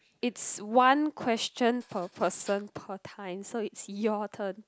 it's one question per person per time so it's your turn